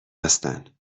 هستن